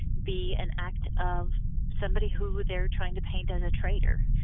be an act of somebody who they're trying to paint as a traitor?